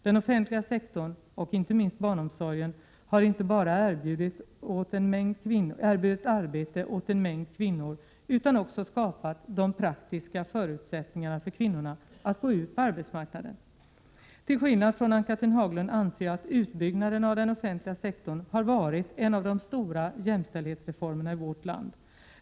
Den offentliga sektorn — och inte minst barnomsorgen — har inte bara erbjudit arbete åt en mängd kvinnor utan också skapat de praktiska förutsättningarna för kvinnorna att gå ut på arbetsmarknaden. Till skillnad från Ann-Cathrine Haglund anser jag att utbyggnaden av den offentliga sektorn har varit en av de stora jämställdhetsreformerna i vårt land.